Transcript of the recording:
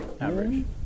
average